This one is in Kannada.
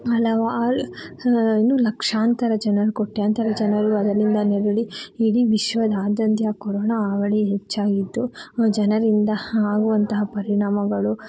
ಹಲವಾರು ಏನು ಲಕ್ಷಾಂತರ ಜನರು ಕೋಟ್ಯಂತರ ಜನರು ಅದರಿಂದ ನರಳಿ ಇಡೀ ವಿಶ್ವದಾದ್ಯಂತ್ಯ ಕೊರೋನ ಹಾವಳಿ ಹೆಚ್ಚಾಗಿದ್ದು ಜನರಿಂದ ಆಗುವಂತಹ ಪರಿಣಾಮಗಳು